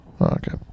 okay